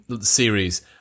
series